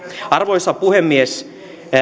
arvoisa puhemies